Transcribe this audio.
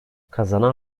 kazanan